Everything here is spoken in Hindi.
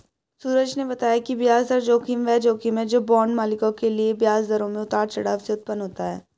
सूरज ने बताया कि ब्याज दर जोखिम वह जोखिम है जो बांड मालिकों के लिए ब्याज दरों में उतार चढ़ाव से उत्पन्न होता है